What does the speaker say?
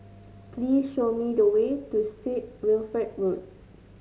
please show me the way to Street Wilfred Road